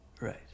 right